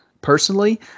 Personally